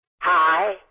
Hi